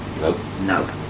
no